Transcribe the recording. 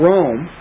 Rome